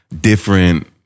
different